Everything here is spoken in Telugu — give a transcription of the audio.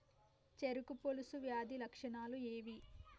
చెరుకు పొలుసు వ్యాధి లక్షణాలు ఏవి?